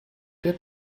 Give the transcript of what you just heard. der